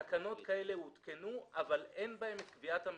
תקנות כאלה הותקנו אבל אין בהן את קביעת המרחקים,